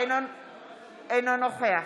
אינו נוכח